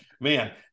Man